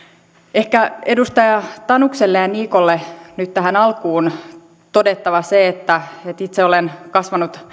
ehkä edustaja tanukselle ja niikolle nyt tähän alkuun on todettava se että itse olen kasvanut